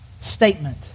statement